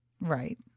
Right